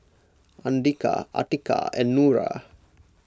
andika Atiqah and Nura